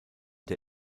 der